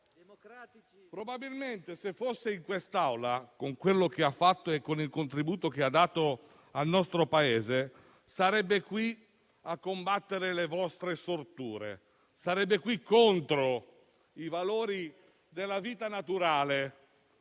Probabilmente, se fosse in quest'Aula, con quello che ha fatto e con il contributo che ha dato al nostro Paese, Pertini sarebbe qui a combattere le vostre storture. Non sarebbe qui contro i valori della vita naturale,